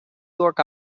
york